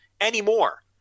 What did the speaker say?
anymore